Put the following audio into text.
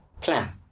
plan